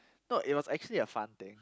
no it was actually a fun thing